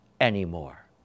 anymore